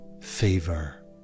favor